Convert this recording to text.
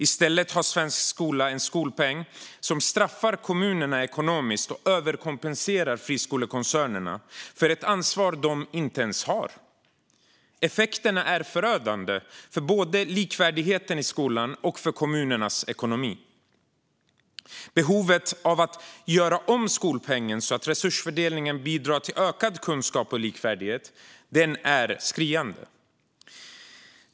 I stället har svensk skola en skolpeng som straffar kommunerna ekonomiskt och överkompenserar friskolekoncernerna för ett ansvar som de inte ens har. Effekterna är förödande både för likvärdigheten i skolan och för kommunernas ekonomi. Behovet av att göra om skolpengen så att resursfördelningen bidrar till ökad kunskap och likvärdighet är skriande.